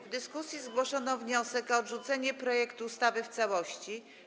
W dyskusji zgłoszono wniosek o odrzucenie projektu ustawy w całości.